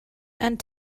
and